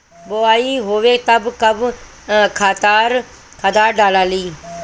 बोआई होई तब कब खादार डालाई?